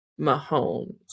mahomes